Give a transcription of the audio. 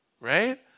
right